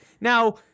Now